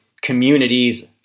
communities